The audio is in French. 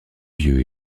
vieux